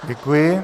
Děkuji.